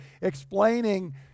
explaining